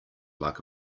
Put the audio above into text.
like